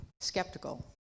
skeptical